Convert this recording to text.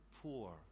poor